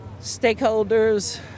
stakeholders